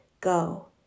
Go